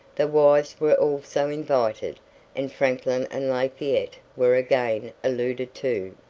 the wives were also invited and franklin and lafayette were again alluded to.